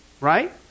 Right